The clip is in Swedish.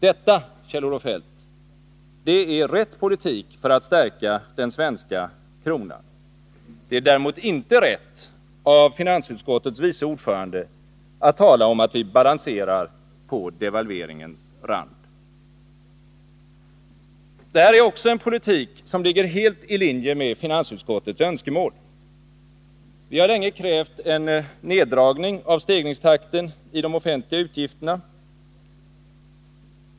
Detta, Kjell-Olof Feldt, är rätt politik för att stärka den svenska kronan. Det är däremot inte rätt av finansutskottets vice ordförande att tala om att vi balanserar på devalveringens rand. Det här är också en politik som ligger helt i linje med finansutskottets önskemål. Vi har länge krävt en neddragning av stegringstakten i de offentliga utgifterna.